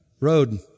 road